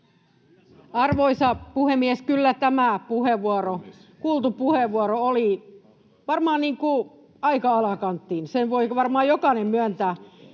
Arvoisa puhemies! Kyllä tämä kuultu puheenvuoro oli varmaan aika alakanttiin, sen voi varmaan jokainen myöntää.